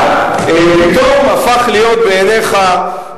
פתאום הפך ברק להיות בעיניך,